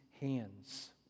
hands